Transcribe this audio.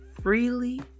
Freely